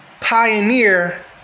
pioneer